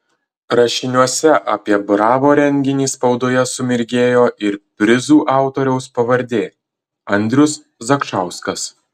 rašiniuose apie bravo renginį spaudoje sumirgėjo ir prizų autoriaus pavardė andrius zakšauskas